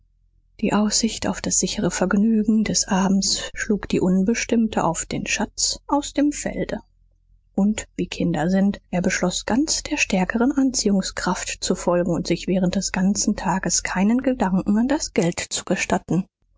die aussicht auf das sichere vergnügen des abends schlug die unbestimmte auf den schatz aus dem felde und wie kinder sind er beschloß ganz der stärkeren anziehungskraft zu folgen und sich während des ganzen tages keinen gedanken an das geld zu gestatten